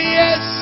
yes